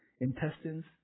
intestines